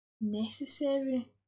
necessary